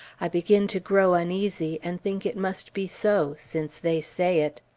i begin to grow uneasy, and think it must be so, since they say it.